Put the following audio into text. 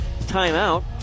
timeout